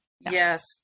Yes